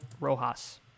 Rojas